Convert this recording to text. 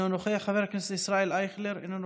אינו נוכח,